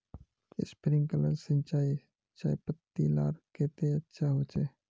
Sprinkler सिंचाई चयपत्ति लार केते अच्छा होचए?